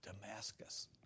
Damascus